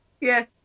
yes